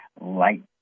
light